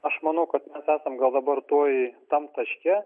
aš manau kad mes esam gal dabar toj tam taške